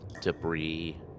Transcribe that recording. debris